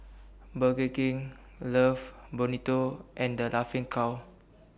Burger King Love Bonito and The Laughing Cow